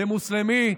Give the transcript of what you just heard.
למוסלמי,